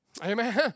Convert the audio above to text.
Amen